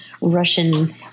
Russian